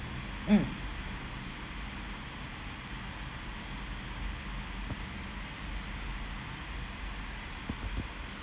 mm